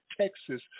Texas